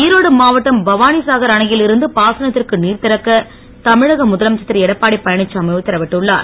ஈரோடு மாவட்டம் பவானிசாகர் அணையில் இருந்து பாசனத்திற்கு நீர்திறக்க தமிழக முதலமைச்சர் திருஎடப்பாடியழனிச்சாமி உத்தரவிட்டுள்ளார்